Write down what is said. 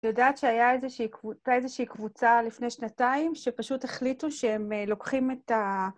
יודעת שהיה איזושהי באיזושהי קבוצה לפני שנתיים שפשוט החליטו שהם לוקחים את ה...